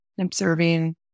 Observing